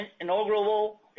inaugural